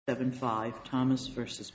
seven five thomas versus